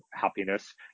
happiness